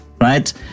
right